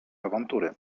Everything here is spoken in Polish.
awantury